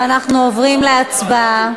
ואנחנו עוברים להצבעה.